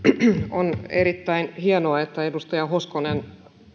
on erittäin hienoa että edustaja hoskonen